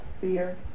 Fear